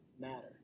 matter